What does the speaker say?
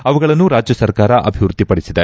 ಅವುಗಳನ್ನು ರಾಜ್ಯ ಸರಕಾರ ಅಭಿವೃದ್ಧಿಪಡಿಸಿದೆ